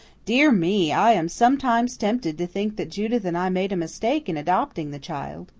dear me, i am sometimes tempted to think that judith and i made a mistake in adopting the child.